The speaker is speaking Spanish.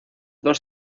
dos